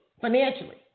financially